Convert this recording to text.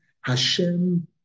Hashem